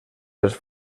dels